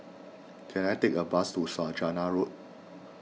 can I take a bus to Saujana Road